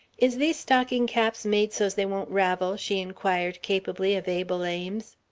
is these stocking caps made so's they won't ravel? she inquired capably of abel ames.